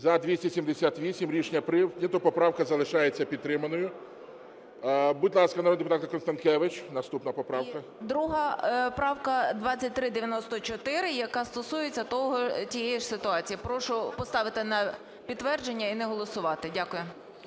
За-278 Рішення прийнято. Поправка залишається підтриманою. Будь ласка, народна депутатка Констанкевич, наступна поправка. 10:54:20 КОНСТАНКЕВИЧ І.М. І друга правка 2394, яка стосується тієї ж ситуації. Прошу поставити на підтвердження і не голосувати. Дякую.